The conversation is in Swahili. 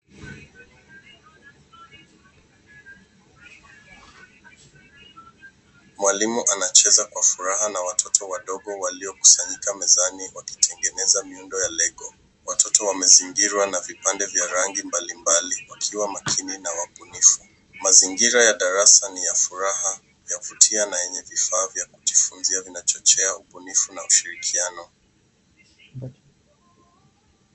Mwalimu anacheza kwa furaha na watoto wadogo waliokusanyika mezani wakitengeneza miundo ya lego . Watoto wamezingirwa na vipande vya rangi mbalimbali wakiwa makini na wabunifu. Mazingira ya darasa ni ya furaha, yavutia na yenye vifaa vya kujifunzia vinachochea ubunifu na ushirikiano.